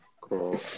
Cool